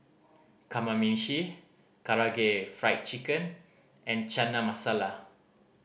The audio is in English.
Kamameshi Karaage Fried Chicken and Chana Masala